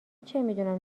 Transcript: چمیدونم